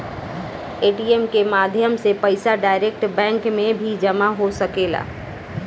ATM के माध्यम से पईसा डायरेक्ट बैंक में भी जामा हो सकेला